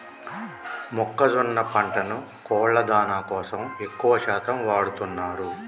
మొక్కజొన్న పంటను కోళ్ళ దానా కోసం ఎక్కువ శాతం వాడుతున్నారు